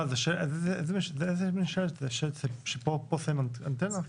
איזה מין שלט זה, שלט של פה שמים אנטנה?